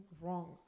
wrong